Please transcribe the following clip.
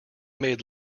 made